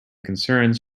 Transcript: concerns